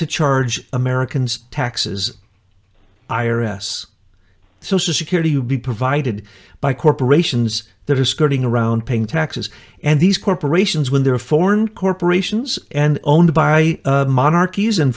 to charge americans taxes i r s social security would be provided by corporations that are skirting around paying taxes and these corporations when they're foreign corporations and owned by monarch